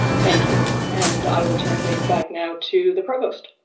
thank you and i will turn things back now to the provost.